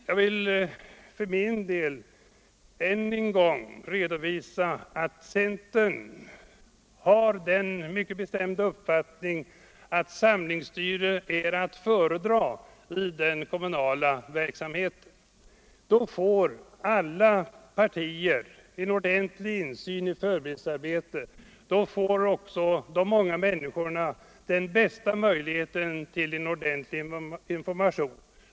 Jag vill för min del än en gång redovisa att centern har den mycket bestämda uppfattningen att samlingsstyre är att föredra i den kommunala verksamheten. Vid en sådan ordning får alla partier en ordentlig insyn i servicearbetet. Då får också de många människorna den bästa möjligheten till en ordentlig information.